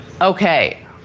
Okay